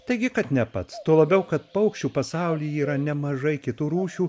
taigi kad ne pats tuo labiau kad paukščių pasaulyje yra nemažai kitų rūšių